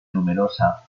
numerosa